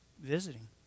visiting